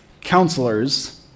counselors